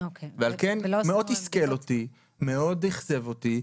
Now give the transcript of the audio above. על כן מאוד תסכל אותי ואכזב אותי,